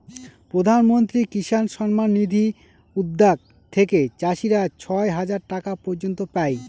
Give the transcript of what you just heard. প্রধান মন্ত্রী কিষান সম্মান নিধি উদ্যাগ থেকে চাষীরা ছয় হাজার টাকা পর্য়ন্ত পাই